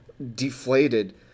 deflated